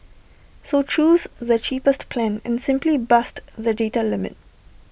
so choose the cheapest plan and simply bust the data limit